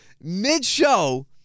mid-show